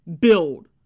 build